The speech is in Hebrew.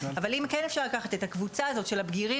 אבל אם כן אפשר לקחת את הקבוצה הזאת של הבגירים-צעירים